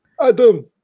Adam